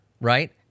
right